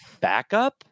backup